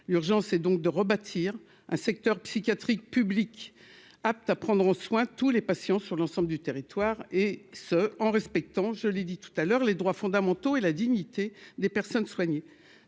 l'urgence est donc de rebâtir un secteur psychiatrique public apte à prendre soin tous les patients sur l'ensemble du territoire, et ce, en respectant, je l'ai dit tout à l'heure, les droits fondamentaux et la dignité des personnes soignées,